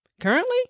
Currently